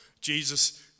Jesus